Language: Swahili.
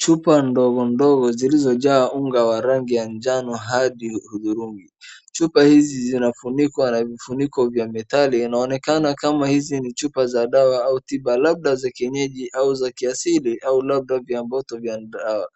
Chupa ndogo ndogo zilizo jaa unga wa rangi ya njano hadi hudhurungi. Chupa hizi zinafunikwa na vifuniko vya methali. Inaonekana kama hizi ni chupa za dawa au tiba labda za kienyeji au za kiasili au labda viamboto vya dawa.